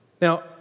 Now